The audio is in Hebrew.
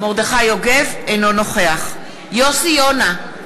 אינו נוכח יוסי יונה,